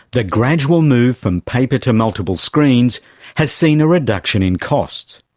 the gradual move from paper to multiple screens has seen a reduction in costs.